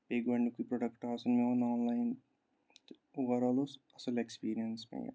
بیٚیہِ گۄڈنیُکُے پرٛوڈَکٹ آسُن مےٚ اوٚن آنلاین تہٕ اوٚوَرآل اوس اَصٕل ایٚکٕسپیٖریَنٕس مےٚ یہِ